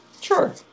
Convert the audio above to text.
Sure